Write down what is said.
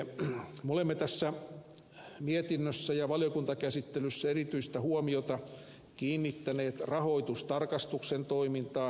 me olemme tässä mietinnössä ja valiokuntakäsittelyssä erityistä huomiota kiinnittäneet rahoitustarkastuksen toimintaan